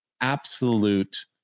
absolute